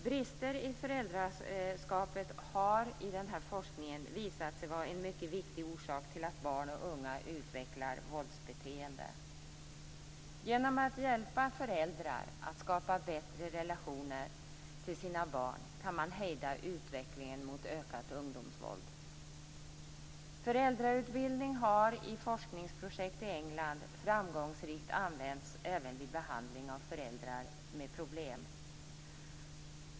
Brister i föräldraskapet har i forskningen visat sig vara en mycket viktig orsak till att barn och unga utvecklar våldsbeteende. Genom att hjälpa föräldrar att skapa bättre relationer till sina barn kan man hejda utvecklingen mot ökat ungdomsvåld. Föräldrautbildning har i forskningsprojekt i England framgångsrikt använts även vid behandling av föräldrar med problem.